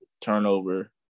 Turnover